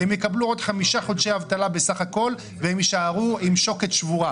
הן יקבלו עוד חמישה חודשי אבטלה בסך הכול והן יישארו עם שוקת שבורה.